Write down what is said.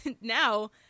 now